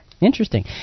interesting